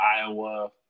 Iowa